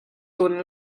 tawn